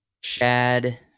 Shad